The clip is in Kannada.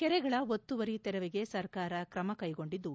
ಕೆರೆಗಳ ಒತ್ತುವರಿ ತೆರವಿಗೆ ಸರ್ಕಾರ ತ್ರಮ ಕೈಗೊಂಡಿದ್ದು